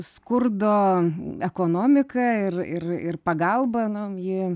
skurdo ekonomika ir ir ir pagalba nu ji